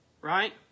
right